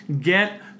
get